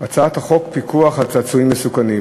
הצעת החוק פיקוח על צעצועים מסוכנים,